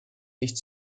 nicht